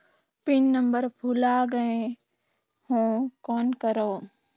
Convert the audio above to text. Pin number भुला गयें हो कौन करव?